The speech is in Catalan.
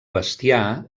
bestiar